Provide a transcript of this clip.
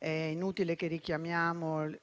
inutile richiamare